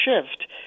shift